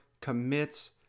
commits